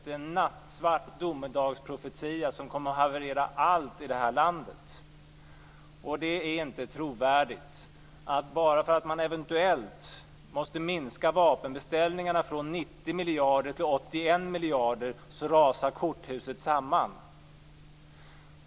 Det är en nattsvart domedagsprofetia som kommer att haverera allt i det här landet. Det är inte trovärdigt att bara för att man eventuellt måste minska vapenbeställningarna från 90 miljarder till 81 miljarder rasar korthuset samman.